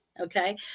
okay